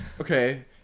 Okay